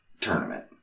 tournament